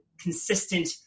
consistent